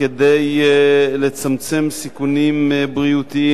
כדי לצמצם סיכונים בריאותיים,